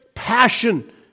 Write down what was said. passion